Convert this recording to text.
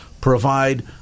provide